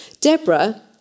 Deborah